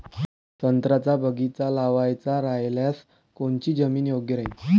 संत्र्याचा बगीचा लावायचा रायल्यास कोनची जमीन योग्य राहीन?